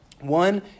One